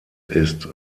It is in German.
ist